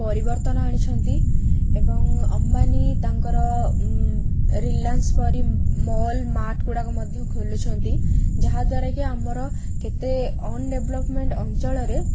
ପରିବର୍ତ୍ତନ ଆଣିଛନ୍ତି ଏବଂ ଅମ୍ବାନୀ ତାଙ୍କର ରିଲାଏନ୍ସ ପରି ମଲ୍ ମାର୍ଟ ଗୁଡ଼ାକ ମଧ୍ୟ ଖୋଲୁଛନ୍ତି ଯାହାଦ୍ୱାରା କି ଆମର କେତେ ଅନ୍ଡ଼େଭ୍ଲପ୍ମେଣ୍ଟ୍ ଅଞ୍ଚଳରେ